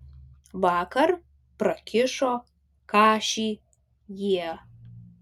vakar prakišo kašį jie